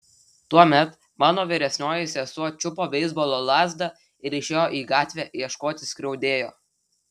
tuomet mano vyresnioji sesuo čiupo beisbolo lazdą ir išėjo į gatvę ieškoti skriaudėjo